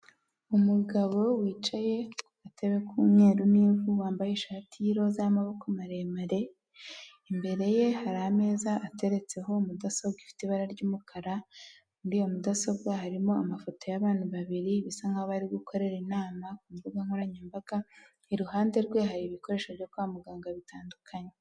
Umugabo wicaye ku Gatebe k'umweru n'ivu, wambaye ishati y'iroza y'amaboko maremare, imbere ye hari ameza ateretseho mudasobwa ifite ibara ry'umukara, muri iyo mudasobwa harimo amafoto y'abantu babiri, bisa nk'aho bari gukorera inama ku mbuga nkoranyambaga, iruhande rwe hari ibikoresho byo kwa muganga bitandukanye.